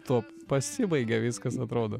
tuo pasibaigia viskas atrodo